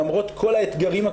למרות כל האתגרים הקשים,